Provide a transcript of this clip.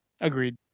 Agreed